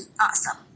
awesome